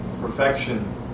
perfection